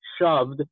shoved